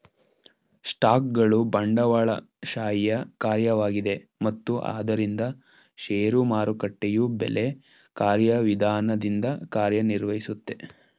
ಸ್ಟಾಕ್ಗಳು ಬಂಡವಾಳಶಾಹಿಯ ಕಾರ್ಯವಾಗಿದೆ ಮತ್ತು ಆದ್ದರಿಂದ ಷೇರು ಮಾರುಕಟ್ಟೆಯು ಬೆಲೆ ಕಾರ್ಯವಿಧಾನದಿಂದ ಕಾರ್ಯನಿರ್ವಹಿಸುತ್ತೆ